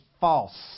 false